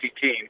team